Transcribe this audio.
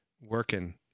working